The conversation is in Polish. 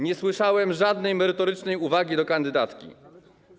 Nie słyszałem żadnej merytorycznej uwagi do kandydatki.